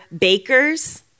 bakers